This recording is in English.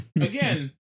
Again